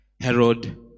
Herod